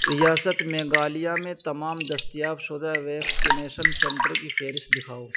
ریاست میگھالیہ میں تمام دسیتاب شدہ ویکسینیشن سنٹر کی فہرست دکھاؤ